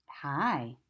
Hi